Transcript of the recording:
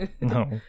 no